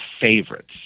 favorites